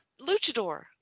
luchador